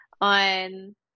on